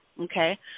Okay